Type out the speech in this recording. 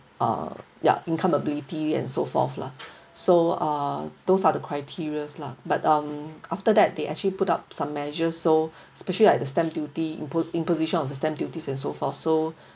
uh ya income ability and so forth lah so uh those are the criteria lah but um after that they actually put up some measure so especially like the stamp duty impo~ imposition of the stamp duties and so forth so